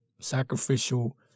Sacrificial